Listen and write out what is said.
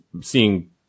seeing